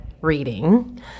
reading